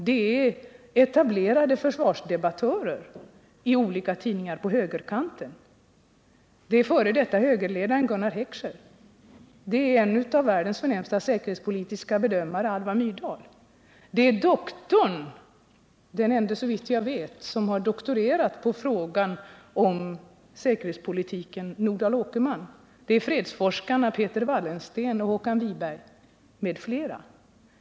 Det är etablerade försvarsdebattörer i olika tidningar på högerkanten. Det är förre högerledaren Gunnar Heckscher. Det är en av världens främsta säkerhetspolitiska bedömare, Alva Myrdal. Det är den ende som såvitt jag vet doktorerat på frågan om säkerhetspolitiken, Nordal Åkerman. Det är fredsforskarna Peter Wallensteen och Håkan Wiberg, m.fl.